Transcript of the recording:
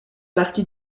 partie